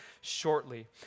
shortly